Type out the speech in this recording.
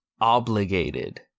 Obligated